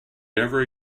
never